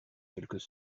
quelques